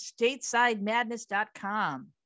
statesidemadness.com